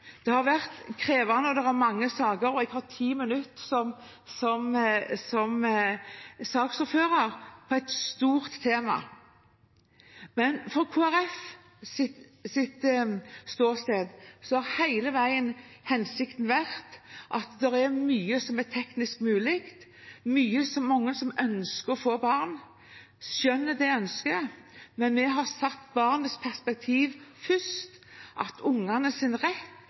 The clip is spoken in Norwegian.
Det har vært krevende, det har vært mange saker, og jeg har som saksordfører 10 minutter på et stort tema. Men fra Kristelig Folkepartis ståsted har hensikten hele veien vært at det er mye som er teknisk mulig, og mange som ønsker å få barn. Vi skjønner det ønsket, men vi har satt barnets perspektiv først – ungenes rett